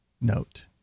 note